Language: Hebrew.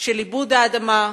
של עיבוד האדמה,